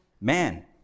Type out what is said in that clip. man